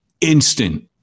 instant